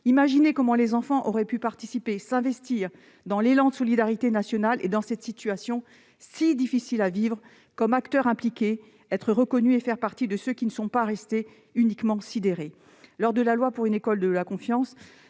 Imaginez comment les enfants auraient pu participer, s'investir dans l'élan de solidarité nationale et dans cette situation si difficile à vivre en tant qu'acteurs impliqués, être reconnus et faire partie de ceux qui ne sont pas restés uniquement sidérés ! Lors de la discussion du projet de loi pour une école de la confiance,